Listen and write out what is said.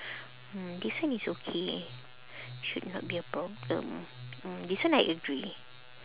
mm this one is okay should not be a problem mm this one I agree